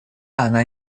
она